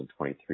2023